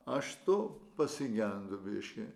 aš to pasigendu biškį